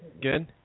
Good